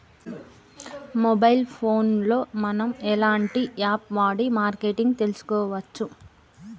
Mobile phone లో మనం ఎలాంటి యాప్ వాడి మార్కెటింగ్ తెలుసుకోవచ్చు?